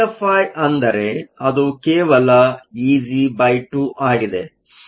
EFi ಅಂದರೆ ಅದು ಕೇವಲ Eg2 ಆಗಿದೆ